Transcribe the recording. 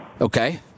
Okay